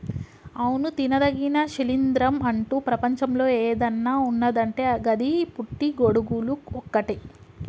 అవును తినదగిన శిలీంద్రం అంటు ప్రపంచంలో ఏదన్న ఉన్నదంటే గది పుట్టి గొడుగులు ఒక్కటే